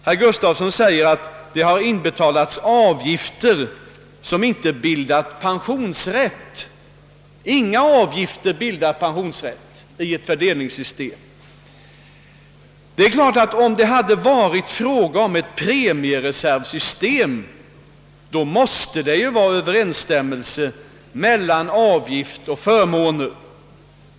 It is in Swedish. Herr Gustavsson säger att det betalas in avgifter som inte bildar pensionsrätt. Men inga avgifter bildar pensionsrätt i ett fördelningssystem. Om det hade varit fråga om ett premiereservsystem, då måste det vara överensstämmelse mellan avgifter och förmåner.